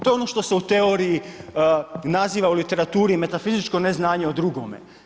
To je ono što se u teoriji naziva u literaturi, metafizičko neznanje o drugome.